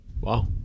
Wow